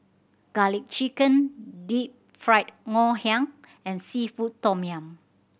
Garlic Chicken Deep Fried Ngoh Hiang and seafood tom yum